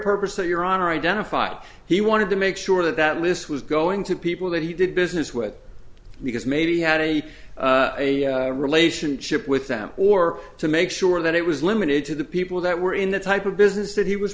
purpose of your honor identified he wanted to make sure that that list was going to people that he did business with because maybe he had a relationship with them or to make sure that it was limited to the people that were in the type of business that he was